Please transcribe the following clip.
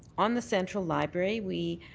on the central library, we